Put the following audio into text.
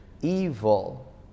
evil